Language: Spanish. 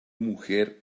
mujer